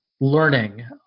learning